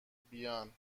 بیان